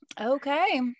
okay